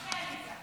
יפה, עליזה.